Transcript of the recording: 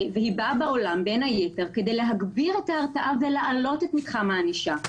היא באה לעולם בין היתר כדי להגביר את ההרתעה ולהעלות את מתחם הענישה,